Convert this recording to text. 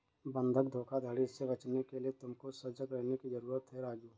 बंधक धोखाधड़ी से बचने के लिए तुमको सजग रहने की जरूरत है राजु